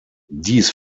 dies